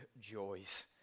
joys